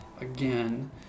again